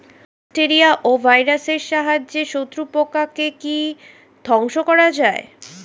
Bacteria ও ভাইরাসের সাহায্যে শত্রু পোকাকে কি ধ্বংস করা যায়?